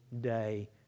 day